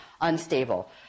unstable